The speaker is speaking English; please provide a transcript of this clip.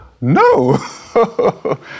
No